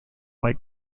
white